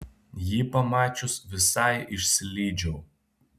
jį pamačius visai išsilydžiau